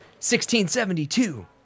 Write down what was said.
1672